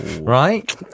right